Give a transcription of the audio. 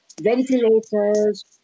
ventilators